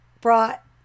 brought